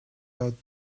out